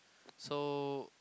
so